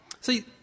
See